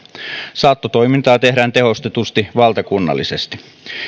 saattotoimintaa tehdään tehostetusti valtakunnallisesti